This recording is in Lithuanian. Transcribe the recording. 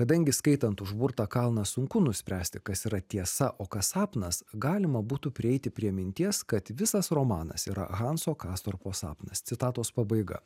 kadangi skaitant užburtą kalną sunku nuspręsti kas yra tiesa o kas sapnas galima būtų prieiti prie minties kad visas romanas yra hanso kastorpo sapnas citatos pabaiga